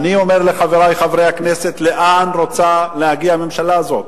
אני אומר לחברי חברי הכנסת: לאן רוצה להגיע הממשלה הזאת?